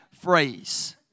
phrase